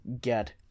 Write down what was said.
get